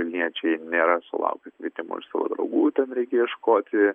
vilniečiai nėra sulaukę kvietimo iš savo draugų ten reikia ieškoti